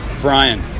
Brian